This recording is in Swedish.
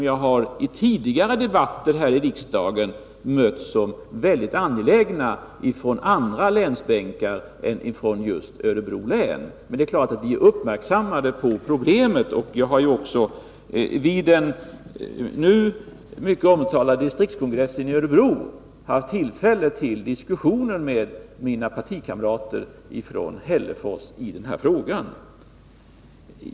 I tidigare debatter här i riksdagen har också representanter för andra län än Örebro län framhållit vikten av stödåtgärder. Det är helt klart att vi har uppmärksammat problemet, och jag har också vid den nu mycket omtalade distriktskongressen i Örebro haft tillfälle till 173 diskussioner med mina partikamrater ifrån Hällefors i den här frågan.